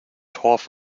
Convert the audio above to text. torf